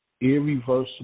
irreversible